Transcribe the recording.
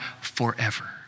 forever